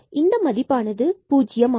எனவே இந்த மதிப்பானது பூஜ்யம்